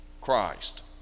Christ